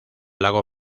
lado